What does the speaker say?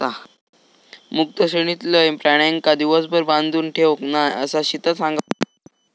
मुक्त श्रेणीतलय प्राण्यांका दिवसभर बांधून ठेवत नाय, असा शीतल सांगा होता